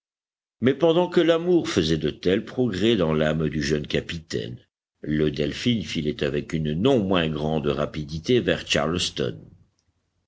mais pendant que l'amour faisait de tels progrès dans l'âme du jeune capitaine le delphin filait avec une non moins grande rapidité vers charleston